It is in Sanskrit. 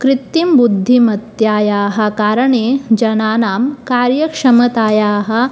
कृत्रिमबुद्धिमत्तायाः कारणे जनानां कार्यक्षमतायाः